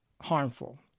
harmful